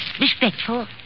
respectful